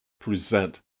present